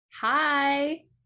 hi